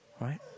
Right